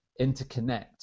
interconnect